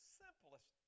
simplest